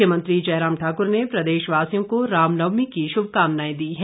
मुख्यमंत्री जयराम ठाकुर ने प्रदेशवासियों को रामनवमी की शुभकामनाएं दी है